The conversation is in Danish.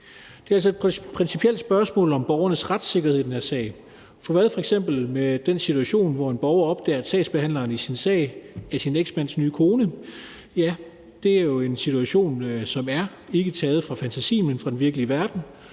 Det er altså et principielt spørgsmål om borgernes retssikkerhed i den her sag, for hvordan er det for eksempel med den situation, hvor en borger opdager, at sagsbehandleren i vedkommendes sag er borgerens eksmands nye kone? Ja, det er jo en situation, som ikke er taget fra fantasien, men fra den virkelige verden.